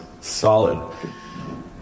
solid